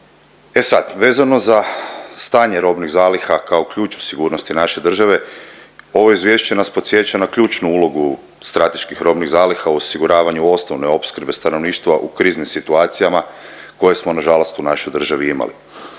E sad, vezano za stanje robnih zaliha kao ključu sigurnosti naše države ovo izvješće nas podsjeća na ključnu ulogu strateških robnih zaliha u osiguravanju osnovne opskrbe stanovništva u kriznim situacijama koje smo nažalost u našoj državi imali.